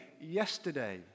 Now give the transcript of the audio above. yesterday